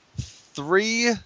Three